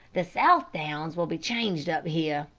the southdowns will be changed up here,